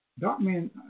Darkman